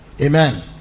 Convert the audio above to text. amen